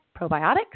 Probiotics